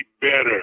better